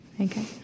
Okay